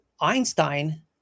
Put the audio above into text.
Einstein